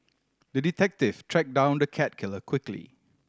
the detective tracked down the cat killer quickly